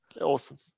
Awesome